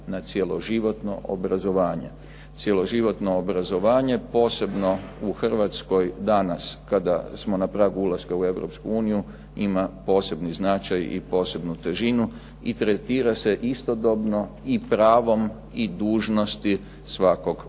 na cjeloživotno obrazovanje. Cjeloživotno obrazovanje, posebno u Hrvatskoj danas kada smo na pragu ulaska u EU ima posebni značaj i posebnu težinu i tretira se istodobno i pravom i dužnosti svakog